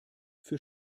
für